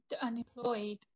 unemployed